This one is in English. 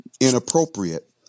inappropriate